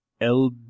El